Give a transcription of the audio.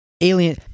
Alien